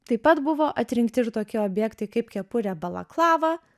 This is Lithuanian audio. taip pat buvo atrinkti ir tokie objektai kaip kepurė balaklava